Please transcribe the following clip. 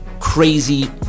crazy